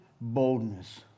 boldness